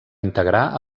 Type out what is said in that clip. integrar